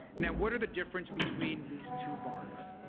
now what are the difference between these two bars?